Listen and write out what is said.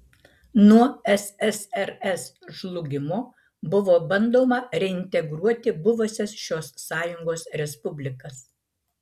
nuo ssrs žlugimo buvo bandoma reintegruoti buvusias šios sąjungos respublikas